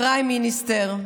קריים-מיניסטר,